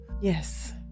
Yes